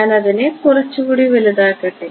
ഞാൻ അതിനെ കുറച്ചുകൂടി വലുതാക്കട്ടെ